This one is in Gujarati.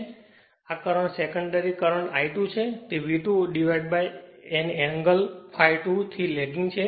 તેથી આ કરંટ સેકન્ડરી કરંટ I2 છે તે V2an angle ∅2 થી લેગિંગ છે